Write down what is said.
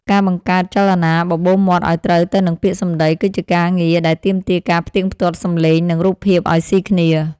ការបង្កើតចលនាបបូរមាត់ឱ្យត្រូវទៅនឹងពាក្យសម្តីគឺជាការងារដែលទាមទារការផ្ទៀងផ្ទាត់សំឡេង និង រូបភាពឱ្យស៊ីគ្នា។